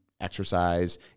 exercise